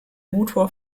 motor